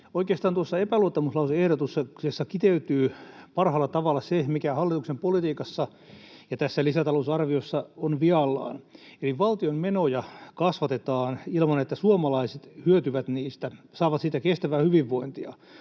Oikeastaan tuossa epäluottamuslause-ehdotuksessa kiteytyy parhaalla tavalla se, mikä hallituksen politiikassa ja tässä lisätalousarviossa on vialla. Valtion menoja kasvatetaan ilman, että suomalaiset hyötyvät niistä, saavat kestävää hyvinvointia,